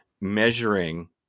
measuring